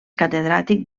catedràtic